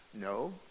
No